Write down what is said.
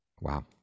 Wow